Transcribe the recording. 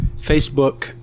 facebook